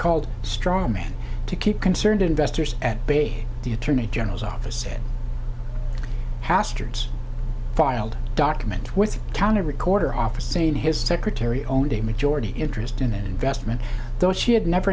called straw man to keep concerned investors at bay the attorney general's office said hastert filed documents with county recorder office saying his secretary owned a majority interest in an investment though she had never